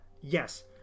yes